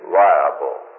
liable